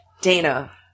Dana